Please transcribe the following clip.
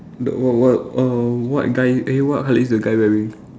the what what err what guy eh what colour is the guy wearing